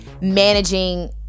managing